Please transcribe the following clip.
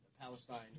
Palestine